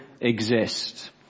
exist